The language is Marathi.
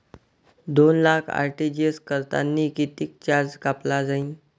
दोन लाख आर.टी.जी.एस करतांनी कितीक चार्ज कापला जाईन?